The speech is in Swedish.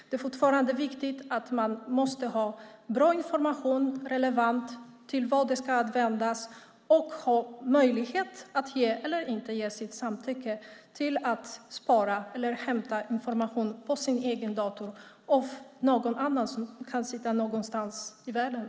Det är viktigt att ha bra och relevant information om vad de ska användas till och ha möjlighet att ge, eller inte ge, sitt samtycke till att någon annan någonstans i världen kan spara eller hämta information från min dator.